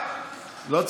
אפשר להעביר את זה למליאה.